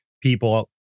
people